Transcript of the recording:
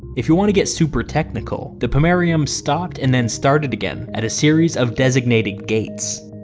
if you want to get super technical, the pomerium stopped and then started again at a series of designated gates.